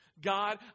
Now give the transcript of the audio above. God